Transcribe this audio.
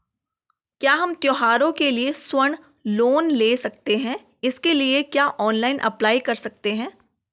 क्या हम त्यौहारों के लिए स्वर्ण लोन ले सकते हैं इसके लिए क्या ऑनलाइन अप्लाई कर सकते हैं?